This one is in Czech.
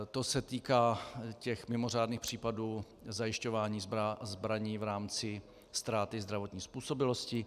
To se týká těch mimořádných případů zajišťování zbraní v rámci ztráty zdravotní způsobilosti.